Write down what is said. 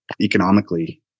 economically